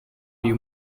you